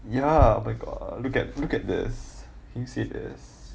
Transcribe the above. ya oh my god look at look at this can you see this